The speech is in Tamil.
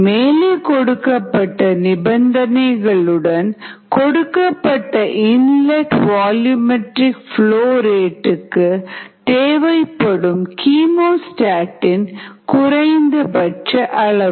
மேலே கொடுக்கப்பட்ட நிபந்தனைகளுடன் கொடுக்கப்பட்ட இன்லெட் வால்யூம்மெட்ரிக் ப்லோ ரேட்டுக்கு தேவைப்படும் கீமோஸ்டாட் இன் குறைந்தபட்ச அளவு